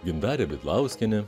gindarė bidlauskienė